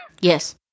Yes